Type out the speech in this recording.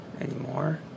anymore